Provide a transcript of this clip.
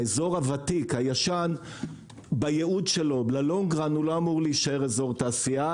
האזור הוותיק הישן בייעוד שלו ללונג-רן לא אמור להישאר אזור תעשייה,